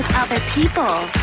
other people.